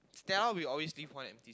Stella will always leave one empty